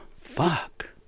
Fuck